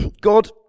God